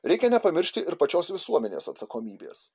reikia nepamiršti ir pačios visuomenės atsakomybės